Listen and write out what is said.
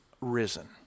risen